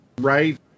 right